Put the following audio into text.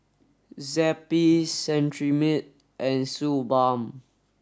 Zappy Cetrimide and Suu Balm